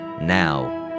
now